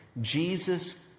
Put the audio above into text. Jesus